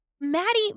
Maddie